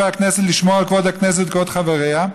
הכנסת לשמור על כבוד הכנסת וכבוד חבריה,